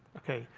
ok,